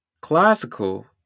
Classical